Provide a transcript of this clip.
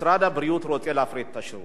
משרד הבריאות רוצה להפריט את השירות?